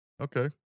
Okay